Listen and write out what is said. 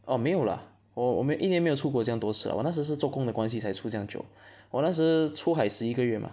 orh 没有 lah 我我一年没有出国这样多次我那时是做工的关系才出这样久我那时出海十一个月 mah